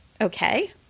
okay